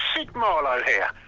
sid marlowe here.